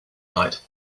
night